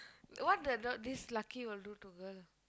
what the dog this lucky will do to girl